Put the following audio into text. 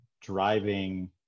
driving